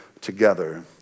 together